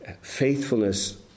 Faithfulness